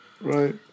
Right